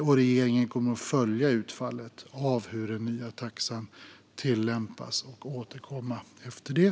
Och regeringen kommer att följa utfallet av hur den nya taxan tillämpas och återkomma efter det.